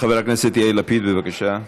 חבר הכנסת יאיר לפיד, בבקשה.